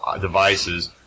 devices